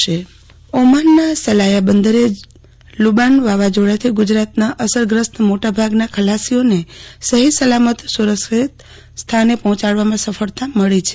આરતી ભટ્ ઓમાનના સલાલા બંદરે લુબાન વાવાઝોડાથી ગુજરાતના અસરગ્રસ્ત મોટાભાગના ખલાસીઓને સહિસલામત સુરક્ષિત સ્થાને પહોચાડવામાં સફળતા મળી છે